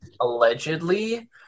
allegedly